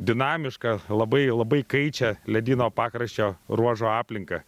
dinamišką labai labai kaičią ledyno pakraščio ruožo aplinką